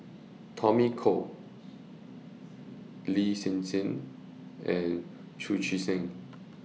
Tommy Koh Lin Hsin Hsin and Chu Chee Seng